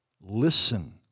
listen